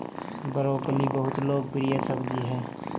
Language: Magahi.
ब्रोकली बहुत लोकप्रिय सब्जी हइ